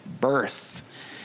birth